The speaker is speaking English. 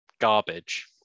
Garbage